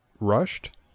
rushed